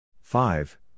five